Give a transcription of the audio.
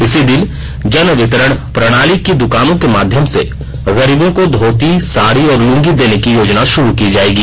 इसी दिन जन वितरण प्रणाली की द्कानों के माध्यम से गरीबों को धोती साड़ी और लूंगी देने की योजना शुरू की जाएगी